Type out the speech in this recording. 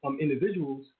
individuals